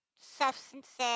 substances